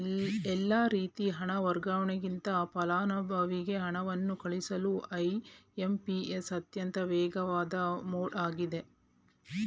ಎಲ್ಲಾ ರೀತಿ ಹಣ ವರ್ಗಾವಣೆಗಿಂತ ಫಲಾನುಭವಿಗೆ ಹಣವನ್ನು ಕಳುಹಿಸಲು ಐ.ಎಂ.ಪಿ.ಎಸ್ ಅತ್ಯಂತ ವೇಗವಾದ ಮೋಡ್ ಆಗಿದೆ